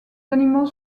animaux